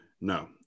No